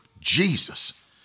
Jesus